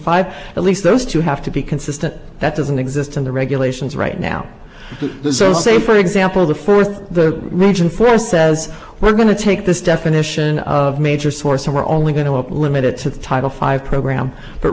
five at least those two have to be consistent that doesn't exist in the regulations right now the so say for example the fourth the region for says we're going to take this definition of major source are only going to help limit it to the title five program but